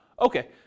okay